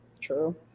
True